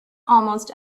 almost